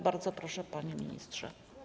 Bardzo proszę, panie ministrze.